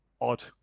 odd